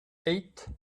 eight